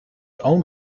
own